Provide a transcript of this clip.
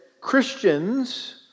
Christians